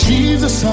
Jesus